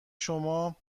شما